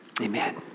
Amen